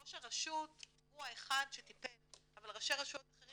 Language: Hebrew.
ראש הרשות הוא האחד שטיפל אבל ראשי רשויות אחרים